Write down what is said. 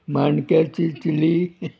मांणक्याची chilli